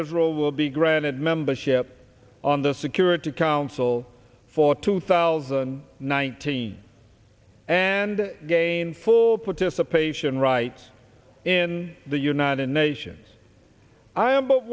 israel will be granted membership on the security council for two thousand and nineteen and gain full participation rights in the united nations i